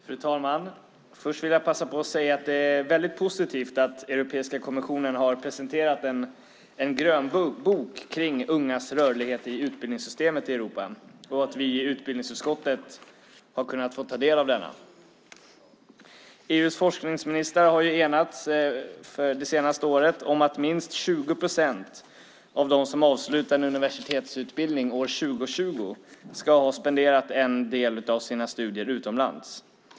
Fru talman! Jag vill först passa på att säga att det är positivt att Europeiska kommissionen har presenterat en grönbok om ungas rörlighet i utbildningssystemet i Europa och att vi i utbildningsutskottet har kunnat få ta del av denna. EU:s forskningsministrar har enats under det senaste året om att minst 20 procent av dem som avslutar en universitetsutbildning år 2020 ska ha spenderat en del av sina studier utomlands.